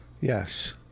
Yes